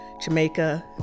Jamaica